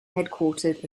headquartered